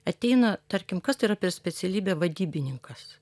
ateina tarkim kas tai yra per specialybė vadybininkas